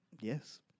Yes